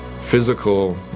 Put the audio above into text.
Physical